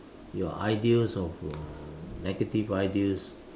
your ideas of uh negative ideas